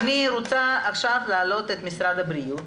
רוצה עכשיו להעלות את משרד הבריאות